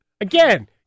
Again